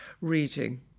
reading